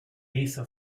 hizo